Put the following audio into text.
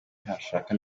ntashaka